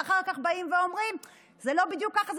ואחר כך באים ואומרים: זה לא בדיוק ככה,